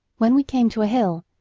when we came to a hill,